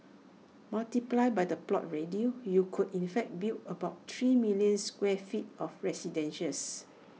multiplied by the plot ratio you could in fact build about three million square feet of residences